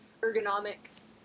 ergonomics